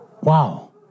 wow